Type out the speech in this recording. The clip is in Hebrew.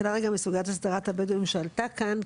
אני מתחילה רגע שניה מסוגיית הסדרת הבדואים שעלתה כאן,